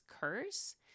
curse